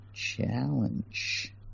challenge